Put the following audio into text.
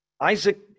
Isaac